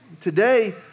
Today